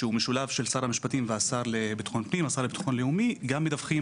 שהוא משולב לשר המשפטים ולשר לביטחון לאומי גם מדווחים